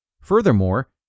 Furthermore